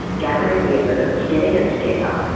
gathering the evidence, getting it together,